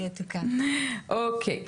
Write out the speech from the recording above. אוקיי.